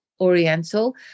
oriental